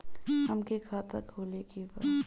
हमके खाता खोले के बा?